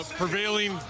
prevailing